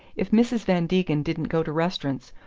if mrs. van degen didn't go to restaurants,